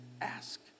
Ask